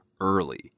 early